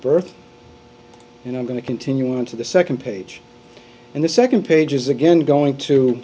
birth and i'm going to continue into the second page and the second page is again going to